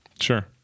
Sure